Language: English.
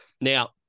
Now